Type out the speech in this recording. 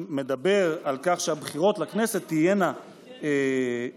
מדבר על כך שהבחירות לכנסת תהיינה שוויוניות,